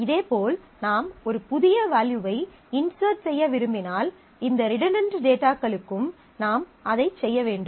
இதேபோல் நாம் ஒரு புதிய வேல்யூவை இன்செர்ட் செய்ய விரும்பினால் இந்த ரிடன்டன்ட் டேட்டாகளுக்கும் நாம் அதைச் செய்ய வேண்டும்